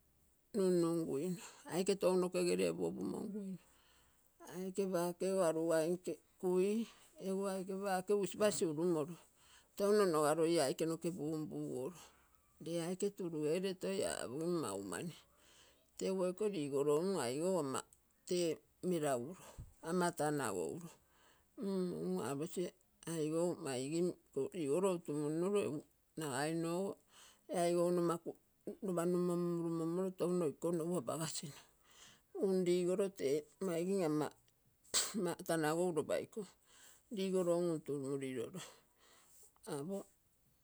Numnumguino, aike tounoke gere opu opumonguino aike pakego arugainke kui egu aike pake usipasi um urumoro. Touno noga love aike noke pumpuguoro. Le aike turugere toi apogim mau mani. Teguo iko ligoro um aigou ama te meraguro ama tanagouro. M-aposi maigim iko ligolo utumumnoro, egu nagainogo e aigou nomakun lopa nummo mummurumommoro touno ikonogu apagasino. Um ligoro te maigum ama tanlagou lopa iko. Ligoro um utumurilolo apo.